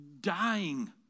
dying